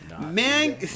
Man